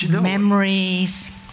memories